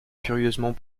furieusement